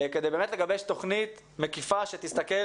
כדי לגבש תוכנית מקיפה שתסתכל